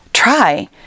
Try